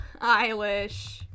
Eilish